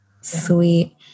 Sweet